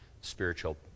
spiritual